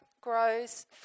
grows